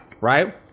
right